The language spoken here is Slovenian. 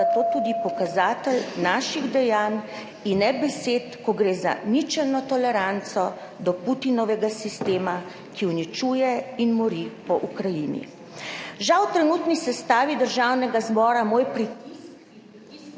zato tudi pokazatelj naših dejanj in ne besed, ko gre za ničelno toleranco do Putinovega sistema, ki uničuje in mori po Ukrajini. Žal v trenutni sestavi Državnega zbora moj pritisk in pritisk